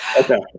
okay